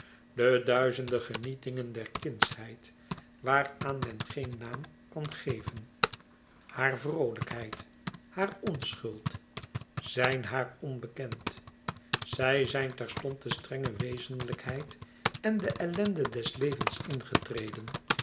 de duizende genietingen der kindsheid waaraan men geen naam kan geven haar vroolijkheid haar onschuld zijn haar onbekend zij zijn terstond de strenge wezenlijkheid en de ellende des levens ingetreden